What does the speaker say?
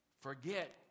forget